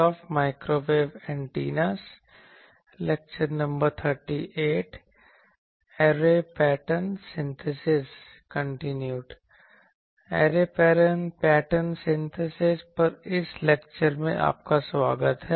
array pattern synthesis पर इस lecture में आपका स्वागत है